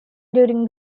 during